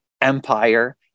Empire